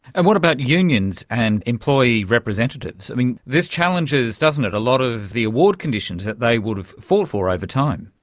and what about unions and employee representatives? this challenges, doesn't it, a lot of the award conditions that they would have fought for over time.